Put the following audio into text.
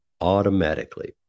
automatically